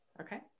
Okay